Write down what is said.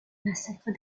massacres